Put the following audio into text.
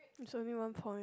is only one point